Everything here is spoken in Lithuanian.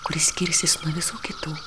kuris skirsis nuo visų kitų